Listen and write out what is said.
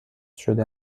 شده